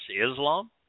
Islam